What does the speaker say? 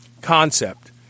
concept